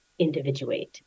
individuate